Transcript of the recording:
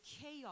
chaos